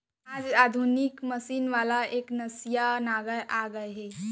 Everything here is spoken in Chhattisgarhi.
आज आधुनिक मसीन वाला एकनसिया नांगर आ गए हे